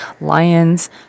lions